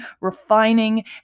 refining